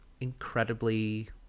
incredibly